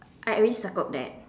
I already circled that